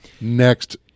Next